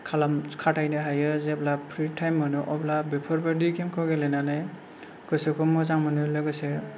खालाम खाथायनो हायो जेब्ला फ्रि थायम मोनो अब्ला बेफोरबायदि गेमखौ गेलेनानै गोसोखौ मोजां मोनो लोगोसे